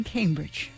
Cambridge